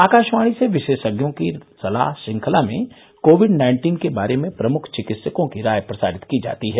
आकाशवाणी से विशेषज्ञों की सलाह श्रंखला में कोविड नाइन्टीन के बारे में प्रमुख चिकित्सकों की राय प्रसारित की जाती है